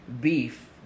beef